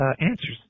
answers